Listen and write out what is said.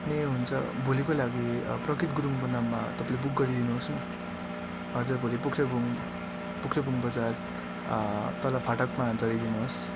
ए हुन्छ भोलिको लागि प्रकृत गुरुङको नाममा तपाईँले बुक गरिदिनुहोस् न हजुर भोलि पोख्रेबुङ पोख्रेबुङ बजार तल फाटकमा गइदिनुहोस्